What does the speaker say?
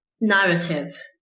narrative